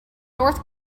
north